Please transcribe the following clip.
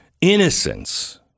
innocence